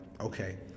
okay